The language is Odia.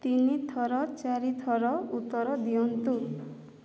ତିନି ଥର ଚାରି ଥର ଉତ୍ତର ଦିଅନ୍ତୁ